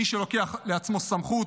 מי שלוקח לעצמו סמכות,